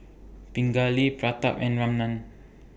Pingali Pratap and Ramnath